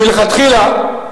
מלכתחילה,